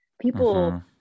people